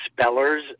spellers